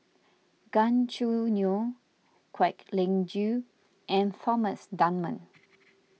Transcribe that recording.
Gan Choo Neo Kwek Leng Joo and Thomas Dunman